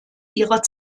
ihrer